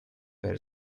where